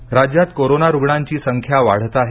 टोपे राज्यात कोरोना रुग्णांची संख्या वाढत आहे